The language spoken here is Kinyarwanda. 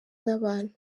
nabantu